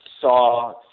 saw